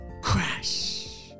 Crash